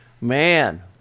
Man